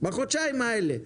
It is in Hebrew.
בחודשיים האלה,